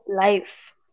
life